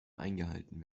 eingehalten